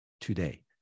today